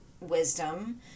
wisdom